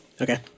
Okay